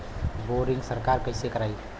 Boring सरकार कईसे करायी?